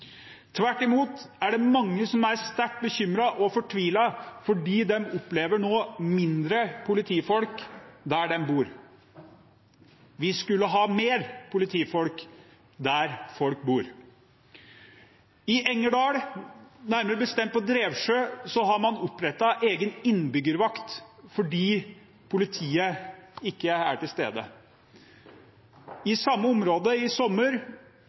Tvert imot er det mange som er sterkt bekymret og fortvilet fordi de nå opplever mindre politifolk der de bor. Vi skulle ha mer politifolk der folk bor. I Engerdal, nærmere bestemt på Drevsjø, har man opprettet en egen innbyggervakt fordi politiet ikke er til stede. I samme område i sommer